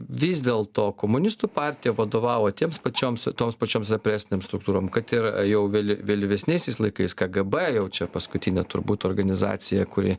vis dėlto komunistų partija vadovavo tiems pačioms toms pačioms represinėm struktūrom kad ir jau vėl vėlyvesniaisiais laikais kgb jau čia paskutinė turbūt organizacija kuri